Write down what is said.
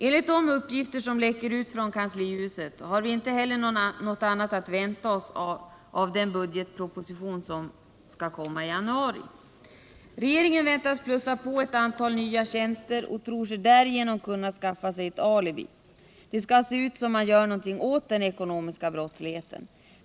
Enligt de uppgifter som läcker ut från kanslihuset har vi inte heller något annat att vänta oss av den budgetproposition som skall komma i januari. Regeringen väntas plussa på ett antal nya tjänster och tror sig därigenom kunna skaffa sig ett alibi. Det skall se ut som om man gör något åt den ekonomiska brottsligheten.